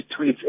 tweets